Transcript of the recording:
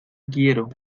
quiero